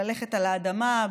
ללכת על האדמה,